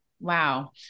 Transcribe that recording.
Wow